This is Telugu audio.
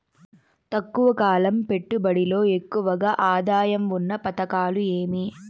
తక్కువ కాలం పెట్టుబడిలో ఎక్కువగా ఆదాయం ఉన్న పథకాలు ఏమి?